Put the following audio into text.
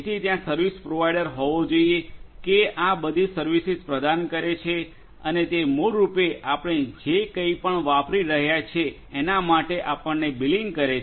જેથી ત્યાં service provider હોવો જોઈએ કે જે આ બધી સર્વિસીસ પ્રદાન કરે છે અને તે મૂળરૂપે આપણે જે કંઈપણ વાપરી રહ્યા છીએ તેના માટે આપણને બિલિંગ કરે છે